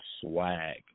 swag